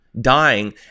Dying